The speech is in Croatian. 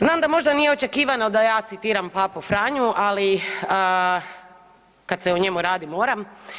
Znam da možda nije očekivano da ja citiram Papu Franju ali kad se o njemu radi moram.